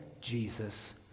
Jesus